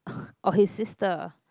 or his sister